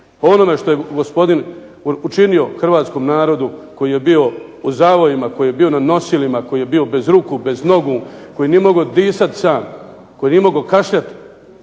onome što je gospodin učinio hrvatskom narodu koji je bio u zavojima, koji je bio na nosilima, koji je bio bez ruku, bez nogu, koji nije mogao disati sam, koji nije mogao kašljati,